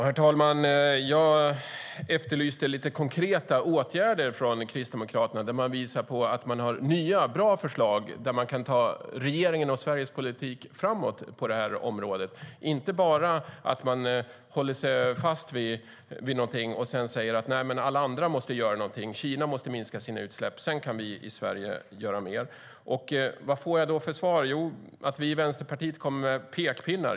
Herr talman! Jag efterlyste lite konkreta åtgärder från Kristdemokraterna som visar att man har nya, bra förslag där regeringens och Sveriges politik på området kan tas framåt - att man inte bara håller fast vid någonting och säger: Nej, alla andra måste göra någonting. Kina måste minska sina utsläpp, sedan kan vi i Sverige göra mer. Vad får jag då för svar? Jo, att vi i Vänsterpartiet kommer med pekpinnar.